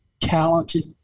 talented